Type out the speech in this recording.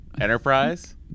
Enterprise